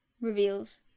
reveals